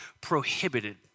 prohibited